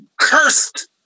cursed